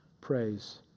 praise